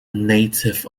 native